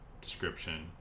description